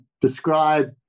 describe